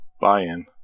buy-in